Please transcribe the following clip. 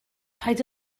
paid